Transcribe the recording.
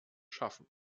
schaffen